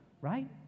right